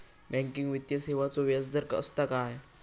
Banking वित्तीय सेवाचो व्याजदर असता काय?